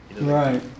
Right